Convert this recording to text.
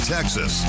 Texas